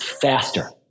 faster